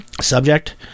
Subject